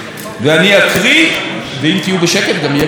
ואני אקריא, ואם תהיו בשקט גם יהיה קצר.